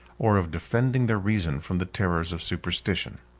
or of defending their reason from the terrors of superstition.